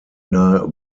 nahe